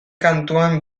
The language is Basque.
kantuan